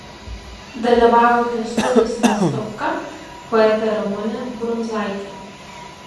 dalyvavo kęstutis nastopka poetė ramunė brundzaitė